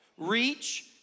Reach